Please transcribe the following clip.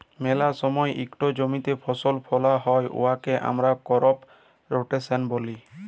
ম্যালা সময় ইকট জমিতে ফসল ফলাল হ্যয় উয়াকে আমরা করপ রটেশল ব্যলি